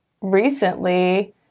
recently